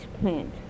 plant